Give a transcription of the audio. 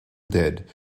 dead